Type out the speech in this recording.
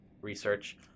research